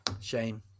Shame